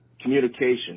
communication